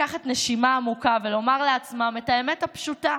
לקחת נשימה עמוקה ולומר לעצמם את האמת הפשוטה,